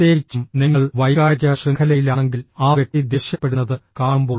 പ്രത്യേകിച്ചും നിങ്ങൾ വൈകാരിക ശൃംഖലയിലാണെങ്കിൽ ആ വ്യക്തി ദേഷ്യപ്പെടുന്നത് കാണുമ്പോൾ